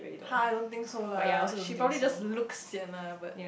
!huh! I don't think so lah she probably just looked sian lah but